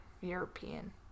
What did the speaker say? European